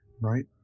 Right